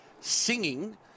singing